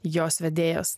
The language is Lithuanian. jos vedėjas